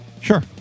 Sure